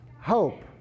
hope